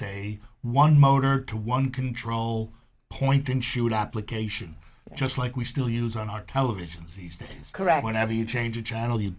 a one motor one control point and shoot application just like we still use on our televisions these days correct whenever you change the channel you